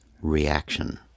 reaction